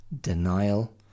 denial